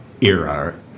era